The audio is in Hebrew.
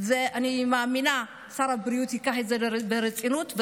ואני מאמינה ששר הבריאות ייקח את זה ברצינות.